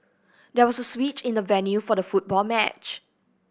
there was a switch in the venue for the football match